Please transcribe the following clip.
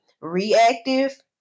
reactive